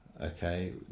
Okay